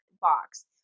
box